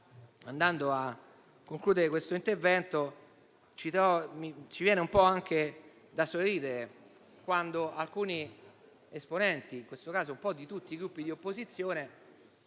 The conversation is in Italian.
Avviandomi a concludere l'intervento, ci viene anche da sorridere quando alcuni esponenti, in questo caso di tutti i Gruppi di opposizione,